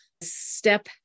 step